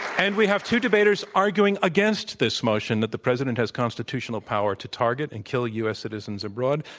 and we have two debaters arguing against this motion that the president has constitutional power to target and kill u. s. citizens abroad.